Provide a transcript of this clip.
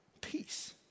peace